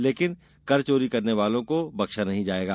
लेकिन कर चोरी करने वालों को बख्शा नहीं जाएगा